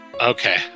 Okay